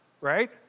right